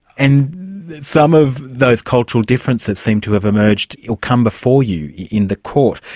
and some of those cultural differences seem to have emerged or come before you in the court.